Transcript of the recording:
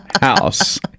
house